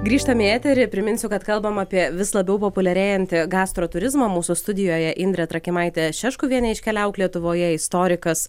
grįžtam į eterį priminsiu kad kalbam apie vis labiau populiarėjantį gastro turizmą mūsų studijoje indrė trakimaitė šeškuvienė iš keliauk lietuvoje istorikas